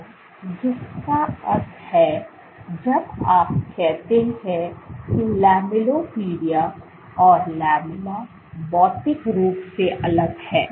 तो जिसका अर्थ है जब आप कहते हैं कि लैमेलिपोडिया और लैमेला भौतिक रूप से अलग हैं